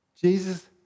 Jesus